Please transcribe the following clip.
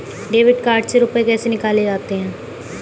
Debit card से रुपये कैसे निकाले जाते हैं?